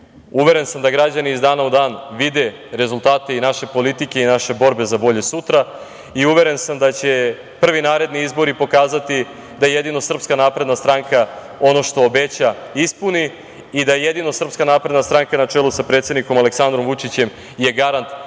uveren sam da građani iz dana u dan vide rezultate naše politike i naše borbe za bolje sutra i uveren sam da će prvi naredni izbori pokazati da jedino SNS ono što obeća ispuni i da jedino SNS na čelu sa predsednikom Aleksandrom Vučićem je garant za